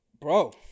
bro